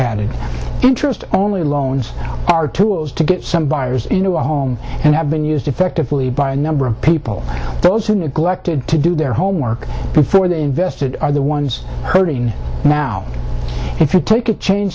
added interest only loans are tools to get some buyers into a home and have been used effectively by a number of people those who neglected to do their homework before they invested are the ones hurting now if you take a chain